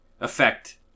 effect